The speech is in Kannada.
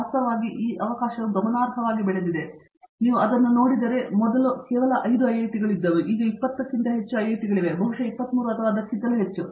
ವಾಸ್ತವವಾಗಿ ಆ ಅವಕಾಶವು ಗಮನಾರ್ಹವಾಗಿ ಬೆಳೆದಿದೆ ನೀವು ಅದನ್ನು ನೋಡಿದರೆ ಒಮ್ಮೆ ಕೇವಲ 5 ಐಐಟಿಗಳು ಇದ್ದವು ಈಗ 20 ಕ್ಕಿಂತ ಹೆಚ್ಚು ಐಐಟಿಗಳಿವೆ ಬಹುಶಃ 23 ಅಥವಾ ಅದಕ್ಕಿಂತಲೂ ಹೆಚ್ಚು